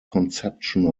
conception